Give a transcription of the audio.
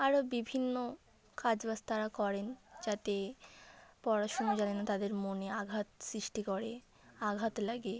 আরও বিভিন্ন কাজ বাজ তারা করেন যাতে পড়াশুনো জানে না তাদের মনে আঘাত সৃষ্টি করে আঘাত লাগে